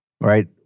Right